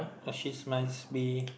achievements be